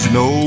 no